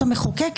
שבית המשפט